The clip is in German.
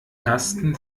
tasten